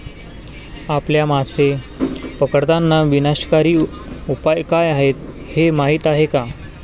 आपल्या मासे पकडताना विनाशकारी उपाय काय आहेत हे माहीत आहे का?